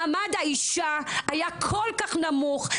מעמד האישה היה כל כך נמוך,